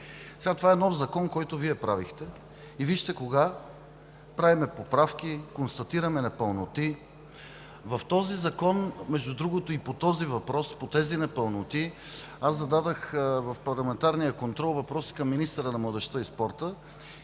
Това е нов закон, който Вие правихте, и вижте кога правим поправки, констатираме непълноти. В този закон, между другото, и по този въпрос, по тези непълноти, в парламентарния контрол аз зададох въпроси към министъра на младежта и спорта